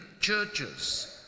churches